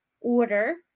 order